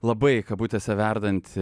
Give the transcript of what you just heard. labai kabutėse verdantį